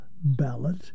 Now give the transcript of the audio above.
ballot